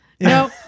No